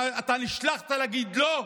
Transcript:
אתה נשלחת להגיד לא.